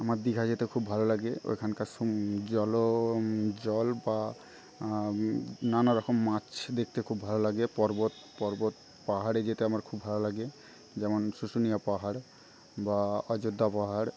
আমার দীঘা যেতে খুব ভালো লাগে ওইখানকার জলও জল বা নানারকম মাছ দেখতে খুব ভালো লাগে পর্বত পর্বত পাহাড়ে যেতে আমার খুব ভালো লাগে যেমন শুশুনিয়া পাহাড় বা অযোধ্যা পাহাড়